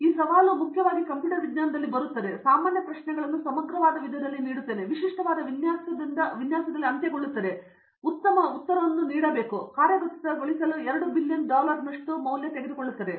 ಆದ್ದರಿಂದ ಇಂದು ಸವಾಲು ಮುಖ್ಯವಾಗಿ ಬರುತ್ತದೆ ನಾನು ಸಾಮಾನ್ಯ ಪ್ರಶ್ನೆಗಳನ್ನು ಸಮಗ್ರವಾದ ವಿಧದಲ್ಲಿ ನೀಡುತ್ತೇನೆ ಮತ್ತು ವಿಶಿಷ್ಟವಾಗಿ ವಿನ್ಯಾಸಕ್ಕೆ ಅಂತ್ಯಗೊಳ್ಳುತ್ತದೆ ಅವರು ಉತ್ತಮ ಉತ್ತರವನ್ನು ನೀಡುತ್ತಾರೆ ಆದರೆ ಇದು ಕಾರ್ಯಗತಗೊಳಿಸಲು 2 ಬಿಲಿಯನ್ ಡಾಲರ್ಗಳನ್ನು ತೆಗೆದುಕೊಳ್ಳುತ್ತದೆ